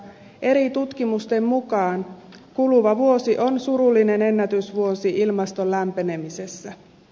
eri tutkimusten mukaan kuluva vuosi on surullinen ennätysvuosi ilmaston lämpenemisessä